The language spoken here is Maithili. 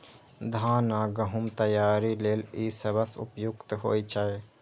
धान आ गहूम तैयारी लेल ई सबसं उपयुक्त होइ छै